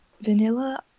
Vanilla